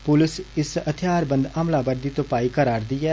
पुलस इस हथियारबंद हमलावर दी तुपाई करै रदी ऐ